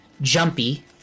jumpy